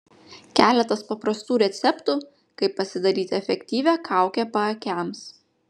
keletas paprastų receptų kaip pasidaryti efektyvią kaukę paakiams